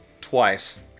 twice